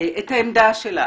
את העמדה שלה,